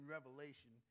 Revelation